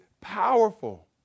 powerful